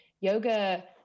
yoga